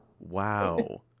wow